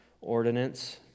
ordinance